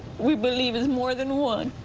we believe it's more than one,